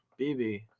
bb